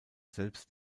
selbst